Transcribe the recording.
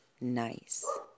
Nice